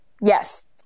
Yes